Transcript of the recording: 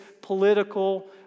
political